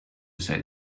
say